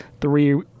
three